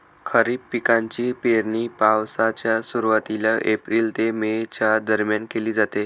खरीप पिकांची पेरणी पावसाच्या सुरुवातीला एप्रिल ते मे च्या दरम्यान केली जाते